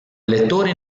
elettori